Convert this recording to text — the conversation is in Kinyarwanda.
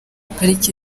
pariki